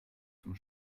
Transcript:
zum